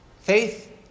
Faith